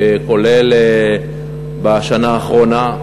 כולל בשנה האחרונה.